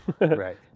right